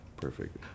Perfect